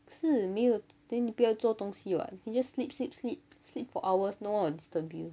可是没有 then 你不要做东西 [what] you just sleep sleep sleep sleep for hours no one will disturb you